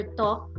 talk